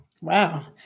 Wow